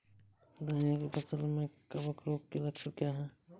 धनिया की फसल में कवक रोग के लक्षण क्या है?